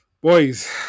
Boys